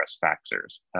factors